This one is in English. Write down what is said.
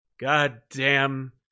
goddamn